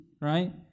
Right